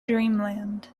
dreamland